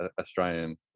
australian